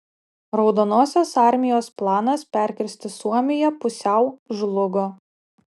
raudonosios armijos planas perkirsti suomiją pusiau žlugo